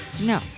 No